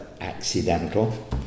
accidental